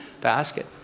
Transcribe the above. basket